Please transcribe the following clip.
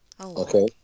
Okay